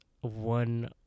one